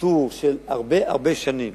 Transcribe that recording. טרטור של הרבה-הרבה שנים